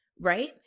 right